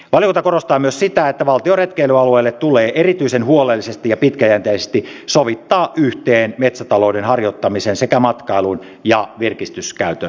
valiokunta korostaa myös sitä että valtion retkeilyalueilla tulee erityisen huolellisesti ja pitkäjänteisesti sovittaa yhteen metsätalouden harjoittamisen sekä matkailun ja virkistyskäytön intressit